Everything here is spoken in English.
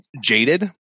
jaded